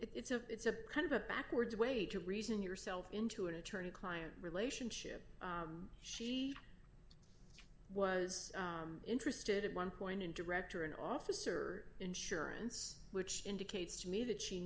i it's a it's a kind of a backwards way to reason yourself into an attorney client relationship she was interested at one point and director an officer insurance which indicates to me that she